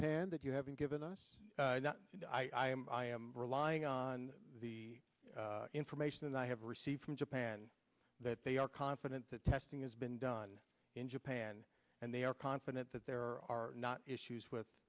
than that you haven't given us and i am relying on the information i have received from japan that they are confident that testing has been done in japan and they are confident that there are not issues with